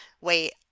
wait